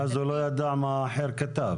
ואז הוא לא יודע מה כתב האחר.